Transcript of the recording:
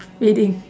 feeding